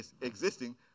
existing